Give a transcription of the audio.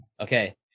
Okay